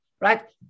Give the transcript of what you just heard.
Right